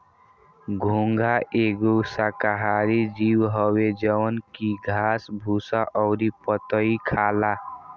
घोंघा एगो शाकाहारी जीव हवे जवन की घास भूसा अउरी पतइ खाला